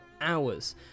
hours